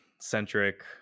centric